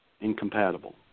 incompatible